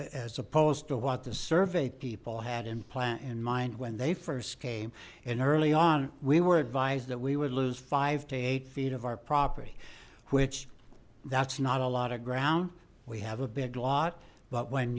as opposed to what the survey people had implant in mind when they first came in early on we were advised that we would lose five to eight feet of our property which that's not a lot of ground we have a big lot but when